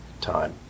time